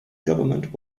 government